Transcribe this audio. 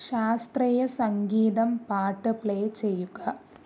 ശാസ്ത്രീയ സംഗീതം പാട്ട് പ്ലേ ചെയ്യുക